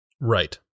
Right